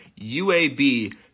UAB